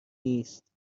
نیست